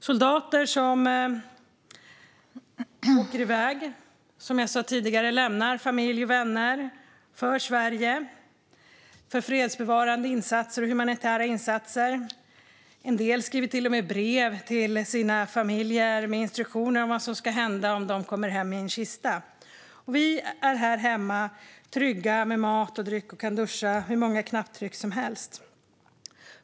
Som jag sa tidigare är det soldater som åker iväg och lämnar familj och vänner för Sverige, för fredsbevarande och humanitära insatser. En del skriver till och med brev till sina familjer med instruktioner om vad som ska hända om de kommer hem i en kista. Vi är kvar här hemma, trygga med mat och dryck och kan duscha hur länge vi vill.